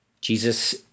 Jesus